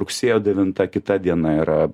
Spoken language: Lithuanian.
rugsėjo devinta kita diena yra